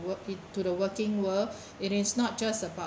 work it to the working world it is not just about